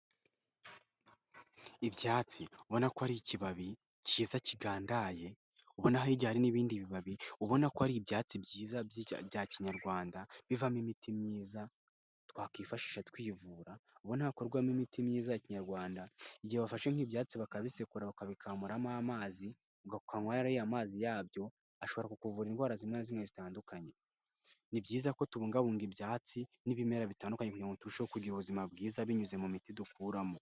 Ibyatsi ubona ko ari ikibabi cyiza kigandaye, ubona hirya hari n'ibindi bibabi, ubona ko ari ibyatsi byiza bya Kinyarwanda, bivamo imiti myiza, twakwifashisha twivura. Ubona hakorwamo imiti myiza ya Kinyarwanda, igihe bafashe nk'ibi byatsi bakabisekura bakabikamuramo amazi, ugakamuramo ariya amazi yabyo, ashobora kukuvura indwara zimwe na zimwe zitandukanye. Ni byiza ko tubungabunga ibyatsi, n'ibimera bitandukanye kugira ngo turushaho kugira ubuzima bwiza, binyuze mu miti dukuramo.